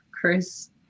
Chris